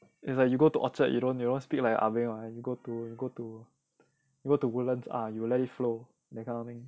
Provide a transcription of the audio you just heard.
it's like you go to orchard you don't you don't speak like ah beng [what] you go to go to you go to woodlands ah you will let it flow that kind of thing